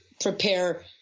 prepare